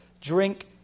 Drink